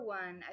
one